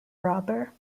robber